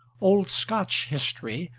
old scotch history,